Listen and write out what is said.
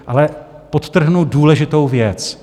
Ale podtrhnu důležitou věc.